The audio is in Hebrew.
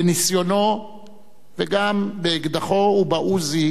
בניסיונו וגם באקדחו וב"עוזי"